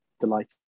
delighted